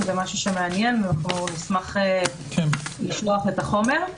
אם זה משהו שמעניין נשמח לשלוח את החומר.